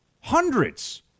hundreds